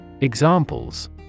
Examples